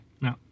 No